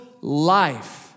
life